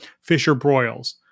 Fisher-Broyles